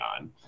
on